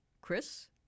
Chris